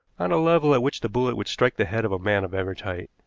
on a level at which the bullet would strike the head of a man of average height.